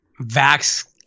Vax